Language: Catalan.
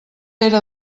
era